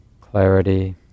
clarity